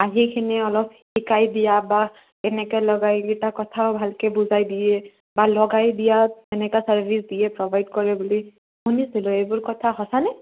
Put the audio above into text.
আহিপিনি অলপ শিকাই দিয়া বা কেনেকৈ লগায় এইকেইটা কথাও ভালকৈ বুজাই দিয়ে বা লগাই দিয়া তেনেকুৱা ছাৰ্ভিচ দিয়ে প্ৰভাইড কৰে বুলি শুনিছিলোঁ এইবোৰ কথা সঁচানে